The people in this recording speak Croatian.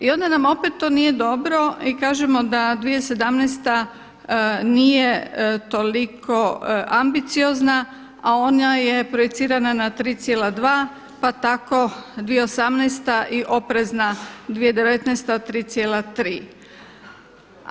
I onda nam opet to nije dobro i kažemo da 2017. nije toliko ambiciozna, a ona je projicirana na 3,2 pa tako 2018. i oprezna 2019. od 3,3.